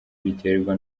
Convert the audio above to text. biterwa